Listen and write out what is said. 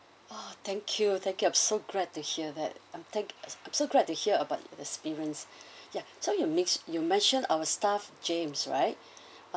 !aww! thank you thank you I'm so glad to hear that um thank so glad to hear about your experience ya so you men~ you mentioned our staff james right